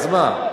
אז מה?